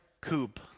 Coupe